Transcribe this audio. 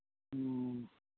ᱚ